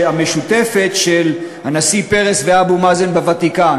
המשותפת של הנשיא פרס ואבו מאזן בוותיקן.